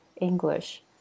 English